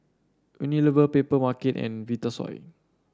Unilever Papermarket and Vitasoy